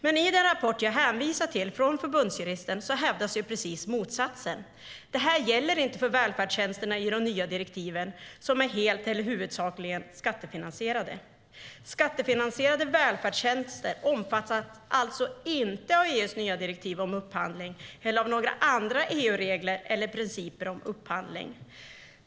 Men i den rapport som jag hänvisade till från förbundsjuristen hävdas precis motsatsen. I de nya direktiven gäller detta inte för välfärdstjänster som är helt eller huvudsakligen skattefinansierade. Skattefinansierade välfärdstjänster omfattas alltså inte av EU:s nya direktiv om upphandling, av några andra EU-regler eller av principer om upphandling.